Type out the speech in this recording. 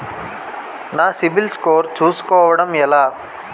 నా CIBIL score చుస్కోవడం ఎలా?